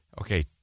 Okay